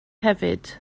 hefyd